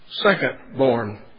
secondborn